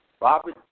Robert